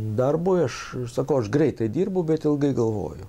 darbui aš sakau aš greitai dirbu bet ilgai galvoju